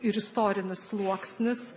ir istorinis sluoksnis